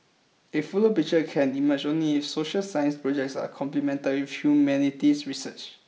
a fuller picture can emerge only if social science projects are complemented with humanities research